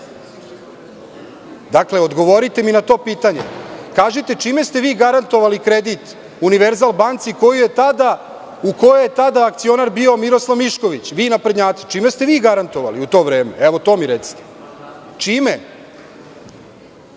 Dakle, odgovorite mi na to pitanje. Kažite mi, čime ste vi garantovali kredit „Univerzal banci“, u kojoj je tada akcionar bio Miroslav Mišković? Vi naprednjaci, čime ste vi garantovali u to vreme? To mi recite. Ima